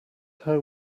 how